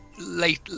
late